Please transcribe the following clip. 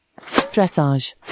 dressage